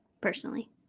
personally